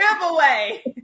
giveaway